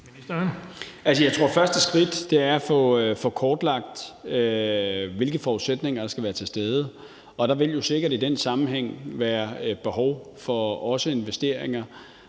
Jeg tror, at første skridt er at få kortlagt, hvilke forudsætninger der skal være til stede. Der vil jo sikkert i den sammenhæng også være et behov for investeringer,